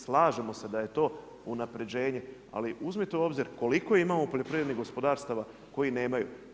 Slažemo se da je to unapređenje, ali uzmite u obzir koliko imamo poljoprivrednih gospodarstava koji nemaju.